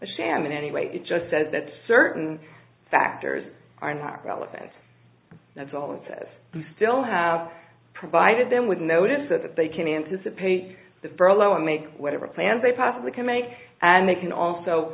a sham in any way it just says that certain factors are not relevant that's all it says you still have provided them with notice that they can anticipate the furlough and make whatever plans they possibly can make and they can also